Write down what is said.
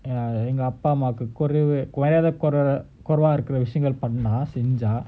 எங்கஅம்மாஅப்பாக்குகுறைவாமரியாதைகுறைவாஇருக்கஒருசிலவிஷயங்கள்பண்ணா:enka amma appakku kuraiva mariyadhai kuraiva irukka oru sila vishayankal panna